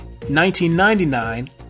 1999